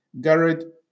Garrett